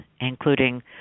including